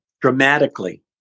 dramatically